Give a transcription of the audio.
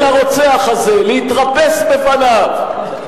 אל הרוצח הזה, להתרפס בפניו.